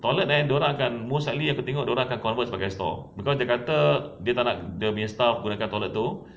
toilet eh dia orang kan most likely aku tengok dia orang akan convert sebagai store because dia kata dia tak nak dia punya staff gunakan toilet tu